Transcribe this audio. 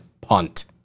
punt